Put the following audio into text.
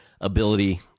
ability